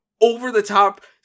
over-the-top